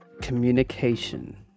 communication